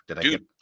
Dude